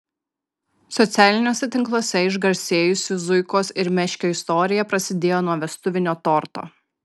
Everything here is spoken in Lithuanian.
socialiniuose tinkluose išgarsėjusių zuikos ir meškio istorija prasidėjo nuo vestuvinio torto